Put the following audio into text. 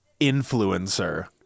influencer